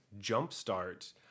Jumpstart